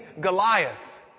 Goliath